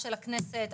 שלום לכולם,